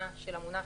כמו שמקובל,